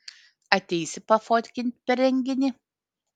ateisi pafotkint per renginį